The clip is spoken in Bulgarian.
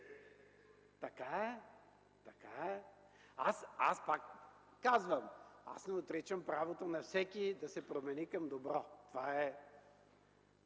Така е и аз пак казвам, че не отричам правото на всеки да се промени към добро. И на